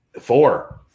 Four